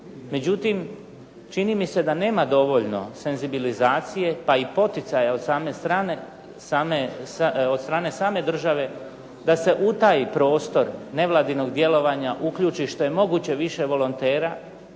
Međutim, čini mi se da nema dovoljno senzibilizacije pa i poticaja od strane same države da se taj prostor nevladinog djelovanja uključi što je moguće više volontera